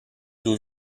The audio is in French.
d’où